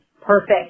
perfect